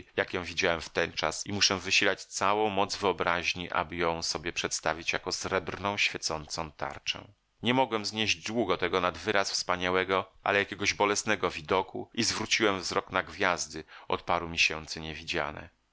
ją widziałem wtenczas i muszę wysilać całą moc wyobraźni aby ją sobie przedstawić jako srebrną świecącą tarczę nie mogłem znieść długo tego nad wyraz wspaniałego ale jakiegoś bolesnego widoku i zwróciłem wzrok na gwiazdy od paru miesięcy nie widziane